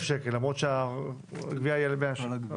שקל למרות שהגבייה היא על 100 שקל.